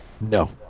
No